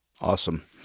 Awesome